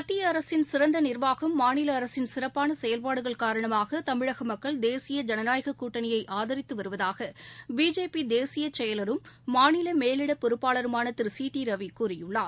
மத்திய அரசின் சிறந்த நிர்வாகம் மாநில அரசின் சிறப்பான செயல்பாடுகள் காரணமாக தமிழக மக்கள் தேசிய ஜனநாயகக் கூட்டணியை ஆதரித்து வருவதாக பிஜேபி தேசியச்செயலரும் மாநிலத்திற்கான மேலிட பொறுப்பாளருமான திரு சி டி ரவி கூறியுள்ளார்